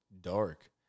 dark